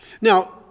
now